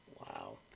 Wow